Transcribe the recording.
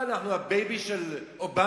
מה, אנחנו הבייבי של אובמה?